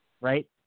right